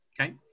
Okay